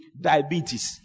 diabetes